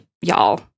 y'all